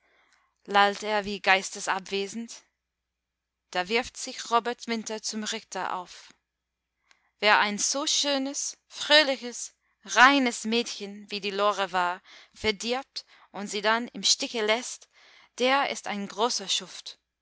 lallt er wie geistesabwesend da wirft sich robert winter zum richter auf wer ein so schönes fröhliches reines mädchen wie die lore war verdirbt und sie dann im stiche läßt der ist ein großer schuft